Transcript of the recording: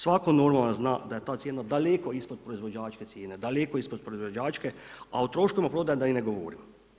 Svatko normalan zna da je ta cijena daleko ispod proizvođačke cijene, daleko ispod proizvođačke, a o troškovima prodaje da i ne govorim.